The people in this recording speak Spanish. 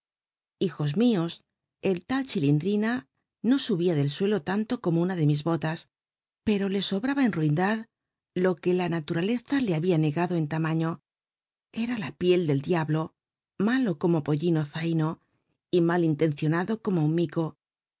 d mios el lal chiliudrina no subí a dl'l neto lanlo como una de mis bolas pero le sobraba en ruindad lo que la ualuralcza le hab ía negado en lamaiio era la pitl del diablo malo omo pollino zilino mal intencionado como un mico